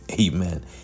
amen